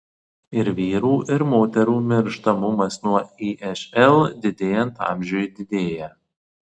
ir vyrų ir moterų mirštamumas nuo išl didėjant amžiui didėja